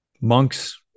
monks